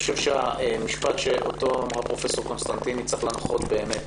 המשפט שאמרה פרופ' קונסטנטיני צריך להנחות באמת,